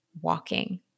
walking